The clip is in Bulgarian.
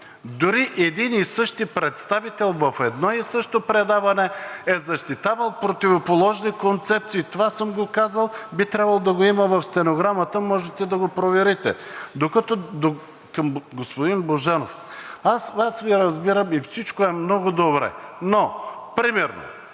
дори един и същи представител в едно и също предаване е защитавал противоположни концепции. Това съм го казал и би трябвало да го има в стенограмата, можете да го проверите. Господин Божанов, Вас Ви разбирам и всичко е много добре, но примерно,